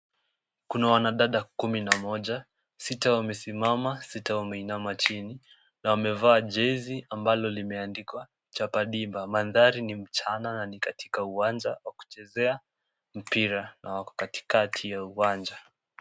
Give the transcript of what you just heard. Kuna wanadada kumi na moja, sita wamesimama, sita wameinama chini na wamevaa jezi ambalo limeandikwa Chapadiba, mandhari ni mchana na ni katika uwanja wa kuchezea mpira na wako katikati ya uwanja.